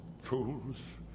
fools